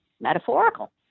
metaphorical